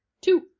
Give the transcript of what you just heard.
Two